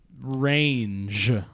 range